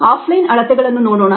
of line ಅಳತೆಗಳನ್ನು ನೋಡೋಣ